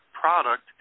product